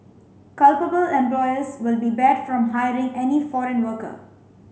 culpable employers will be barred from hiring any foreign worker